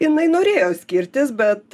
jinai norėjo skirtis bet